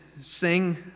sing